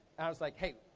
i was like, hey,